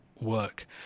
work